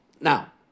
now